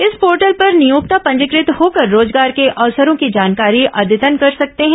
इस पोर्टल पर नियोक्ता पंजीकृत होकर रोजगार के अवसरों की जानकारी अद्यतन कर सकते हैं